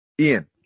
Ian